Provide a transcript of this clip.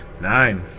Nine